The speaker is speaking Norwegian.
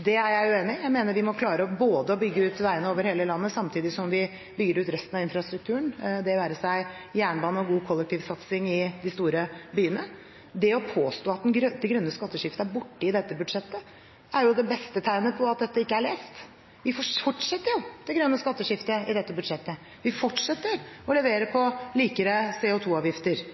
Det er jeg uenig i. Jeg mener at vi må klare å bygge ut veier over hele landet samtidig som vi bygger ut resten av infrastrukturen, det være seg jernbane eller god kollektivsatsing i de store byene. Det å påstå at det grønne skatteskiftet er borte i dette budsjettet er det beste tegnet på at dette ikke er lest, for vi fortsetter det grønne skatteskiftet i dette budsjettet. Vi fortsetter å levere på likere